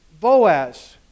Boaz